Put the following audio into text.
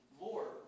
Lord